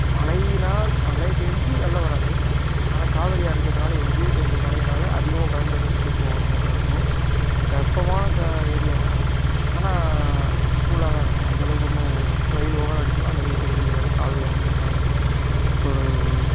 மழையினால் மழை பெஞ்சு வெள்ளம் வராது ஆனால் காவிரி ஆறு இருக்கிறதுனால எங்கேயோ பெஞ்ச மழையினால் அதிகமாக பயன்பெறுகிறது திருச்சி மாவட்ட மக்களாக இருக்கும் வெப்பமான கா ஏரியா தான் ஆனால் கூலாக தான் இருக்கும் அந்த அளவுக்கு ஒன்றும் வெயில் ஓவராக அடிச்சாலும் அந்தளவுக்கு தெரிஞ்சிக்கொள்ளாது காவிரி ஆறு இருக்கிறதுனால ஸோ ஒரு